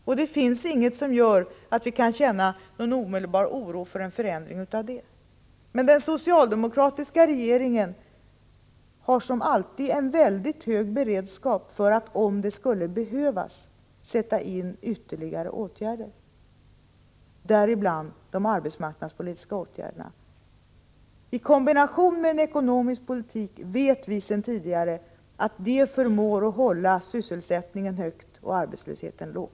Och det finns ingenting som gör att vi kan känna någon omedelbar oro för en förändring av den utvecklingen. Men den socialdemokratiska regeringen har som alltid en mycket hög beredskap för att, om det skulle behövas, sätta in ytterligare åtgärder, däribland de arbetsmarknadspolitiska åtgärderna. Vi vet sedan tidigare att detta i kombination med en ekonomisk politik förmår hålla sysselsättningen hög och arbetslösheten låg.